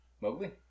Mowgli